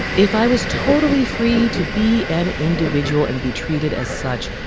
if i was totally free to be an individual and be treated as such,